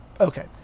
okay